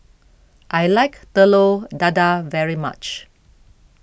I like Telur Dadah very much